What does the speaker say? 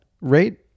rate